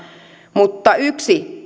mutta yksi